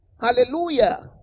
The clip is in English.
hallelujah